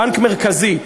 בנק מרכזי,